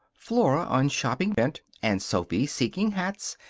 flora, on shopping bent, and sophy, seeking hats,